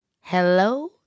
Hello